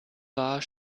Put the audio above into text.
war